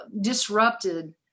disrupted